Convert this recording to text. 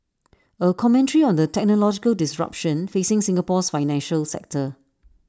A commentary on the technological disruption facing Singapore's financial sector